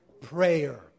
prayer